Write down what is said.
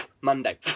Monday